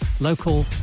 local